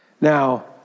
Now